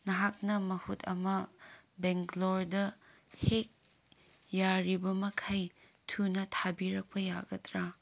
ꯅꯍꯥꯛꯅ ꯃꯍꯨꯠ ꯑꯃ ꯕꯦꯡꯒ꯭ꯂꯣꯔꯗ ꯍꯦꯛ ꯌꯥꯔꯤꯕ ꯃꯈꯩ ꯊꯨꯅ ꯊꯥꯕꯤꯔꯛꯄ ꯌꯥꯒꯗ꯭ꯔꯥ